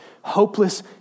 hopeless